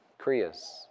kriyas